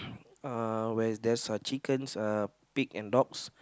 uh where there's uh chickens uh pig and dogs